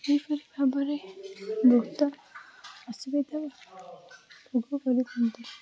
ଏହିପରି ଭାବରେ ବହୁତ ଅସୁବିଧା ଭୋଗ କରିଥାନ୍ତି